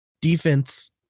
defense